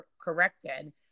corrected